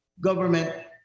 government